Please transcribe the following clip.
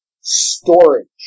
storage